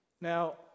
Now